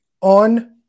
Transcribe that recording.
on